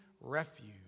refuge